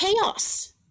chaos